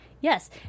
Yes